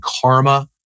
karma